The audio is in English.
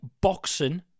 boxing